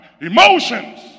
emotions